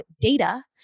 data